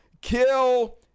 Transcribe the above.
kill